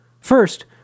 First